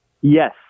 Yes